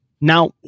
now